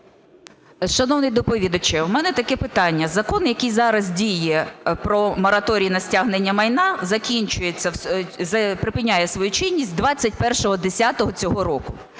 Шановний доповідачу, у мене таке питання. Закон, який зараз діє про мораторій на стягнення майна, припиняє свою чинність 21.10 цього року.